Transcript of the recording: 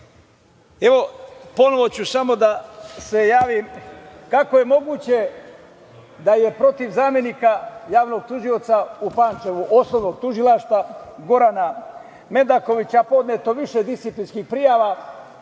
tužilac. Ponovo ću samo da se javim, kako je moguće da je protiv zamenika javnog tužioca u Pančevu, Osnovnog tužilaštva Gorana Medakovića podneto više disciplinskih prijava